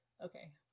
Okay